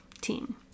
Team